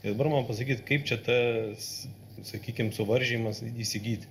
ir dabar man pasakykit kaip čia tas sakykim suvaržymas įsigyti